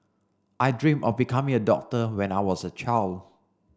I dream of becoming a doctor when I was a child